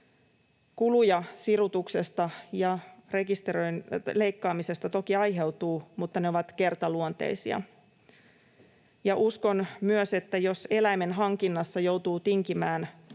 Kuluja sirutuksesta ja leikkaamisesta toki aiheutuu, mutta ne ovat kertaluonteisia. Uskon myös, että jos eläimen hankinnassa joutuu tinkimään